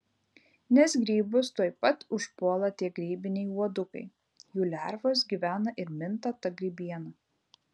nes grybus tuoj pat užpuola tie grybiniai uodukai jų lervos gyvena ir minta ta grybiena